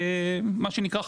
מה שנקרא,